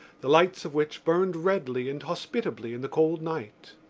the lights of which burned redly and hospitably in the cold night.